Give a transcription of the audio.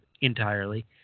entirely